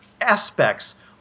aspects